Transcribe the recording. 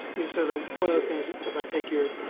mean, certainly one of the things, if i take your,